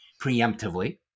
preemptively